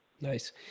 Nice